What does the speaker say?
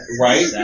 Right